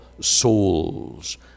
souls